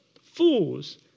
fools